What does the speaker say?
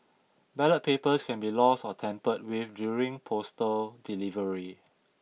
ballot papers can be lost or tampered with during postal delivery